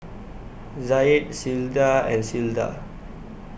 Zaid Clyda and Clyda